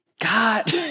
God